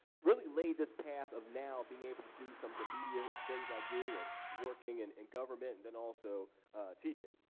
really laid this path of now being able to do some of immediate things i do and working in and and government, and also teaching.